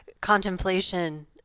contemplation